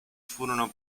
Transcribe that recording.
furono